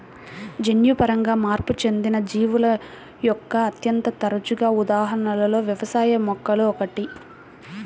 జన్యుపరంగా మార్పు చెందిన జీవుల యొక్క అత్యంత తరచుగా ఉదాహరణలలో వ్యవసాయ మొక్కలు ఒకటి